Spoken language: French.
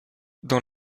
dans